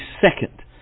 second